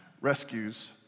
rescues